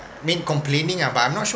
mean complaining ah but I'm not sure